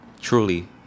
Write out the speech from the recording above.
truly